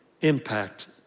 impact